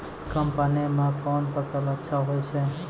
कम पानी म कोन फसल अच्छाहोय छै?